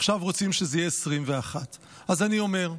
עכשיו רוצים שזה יהיה 21. אז אני אומר: